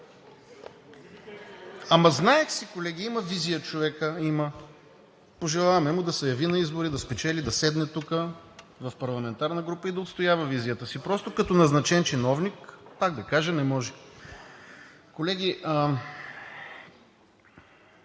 Ама знаех си, колеги, има визия човекът, има. Пожелаваме му да се яви на избори, да спечели, да седне тук в парламентарна група и да отстоява визията си. Просто като назначен чиновник, пак да кажа, не може. Колеги,